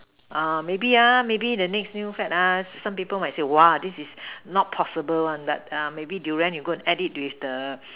err maybe ah maybe the next new fad ah some people might say !wah! this is not possible one but ah maybe Durian you go and add it with the